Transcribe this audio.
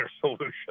solution